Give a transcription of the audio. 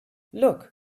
look